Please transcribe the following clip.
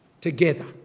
together